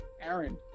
Aaron